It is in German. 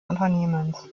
unternehmens